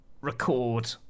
record